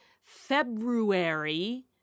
February